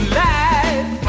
life